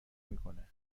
میکنه